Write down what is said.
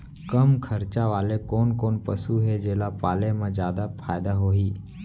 कम खरचा वाले कोन कोन पसु हे जेला पाले म जादा फायदा होही?